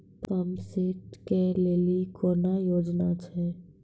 Pump set केलेली कोनो योजना छ?